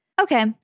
Okay